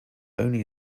only